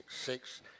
six